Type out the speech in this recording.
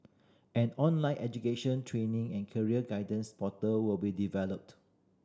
an online education training and career guidance portal will be developed